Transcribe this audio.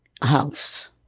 house